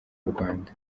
rwanda